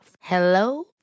Hello